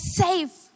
safe